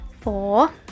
four